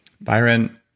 Byron